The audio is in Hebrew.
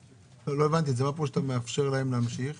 לא הבנתי, זה לא כמו שאתה מאפשר להם להמשיך